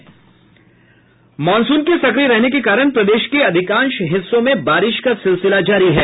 monsoon के सक्रिय रहने के कारण प्रदेश के अधिकांश हिस्सों में बारिश का सिलसिला जारी है